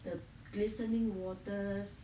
the glistening waters